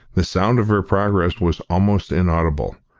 the sound of her progress was almost inaudible.